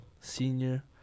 senior